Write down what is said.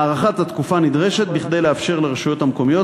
הארכת התקופה נדרשת כדי לאפשר לרשויות המקומיות